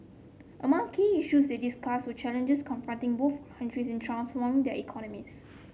among key issues they discussed were challenges confronting both countries in transforming their economies